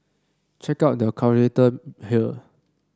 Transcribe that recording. check out the calculator here